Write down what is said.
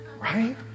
right